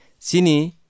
Sini